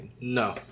no